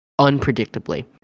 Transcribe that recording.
Unpredictably